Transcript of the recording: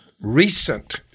recent